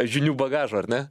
žinių bagažo ar ne